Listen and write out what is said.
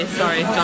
sorry